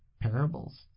parables